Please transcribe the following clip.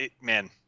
man